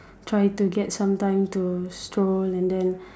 try to get some time to stroll and then